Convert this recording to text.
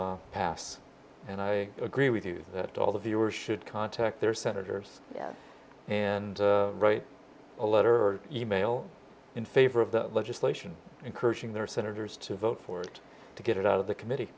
to pass and i agree with you that all the viewers should contact their senators and write a letter or email in favor of the legislation encouraging their senators to vote for it to get it out of the committe